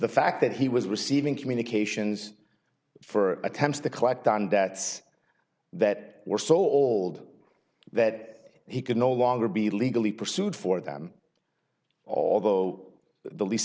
the fact that he was receiving communications for attempts to collect on debts that were sold that he could no longer be legally pursued for them although the least